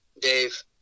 Dave